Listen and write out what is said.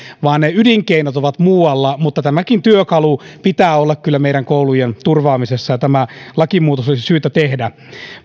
vaan ne ydinkeinot ovat muualla mutta tämäkin työkalu pitää kyllä olla meidän koulujemme turvaamisessa ja tämä lakimuutos olisi syytä tehdä